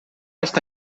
está